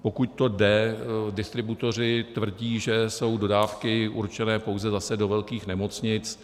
Pokud to jde, distributoři tvrdí, že jsou dodávky určené pouze zase do velkých nemocnic.